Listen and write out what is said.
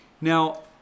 Now